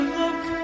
look